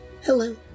Hello